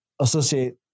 associate